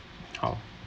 how